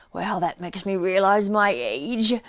well that makes me realize my age.